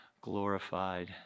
glorified